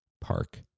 park